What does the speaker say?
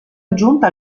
giunta